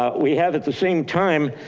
ah we have at the same time,